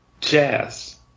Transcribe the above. Jazz